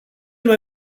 mai